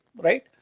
right